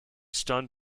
stunned